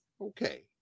Okay